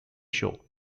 show